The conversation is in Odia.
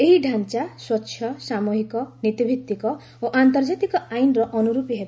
ଏହି ଢାଞ୍ଚା ସ୍ୱଚ୍ଛ ସାମୁହିକ ନୀତି ଭିତ୍ତିକ ଓ ଆନ୍ତର୍ଜାତିକ ଆଇନ୍ର ଅନୁର୍ପୀ ହେବ